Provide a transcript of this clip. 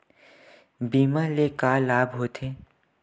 बीमा ले का लाभ होथे?